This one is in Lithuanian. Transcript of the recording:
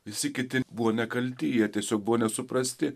visi kiti buvo nekalti jie tiesiog buvo nesuprasti